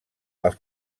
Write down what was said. els